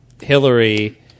Hillary